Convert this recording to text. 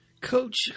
Coach